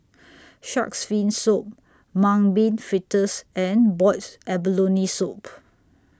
Shark's Fin Soup Mung Bean Fritters and boiled abalone Soup